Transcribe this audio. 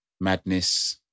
Madness